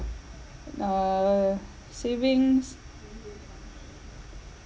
uh savings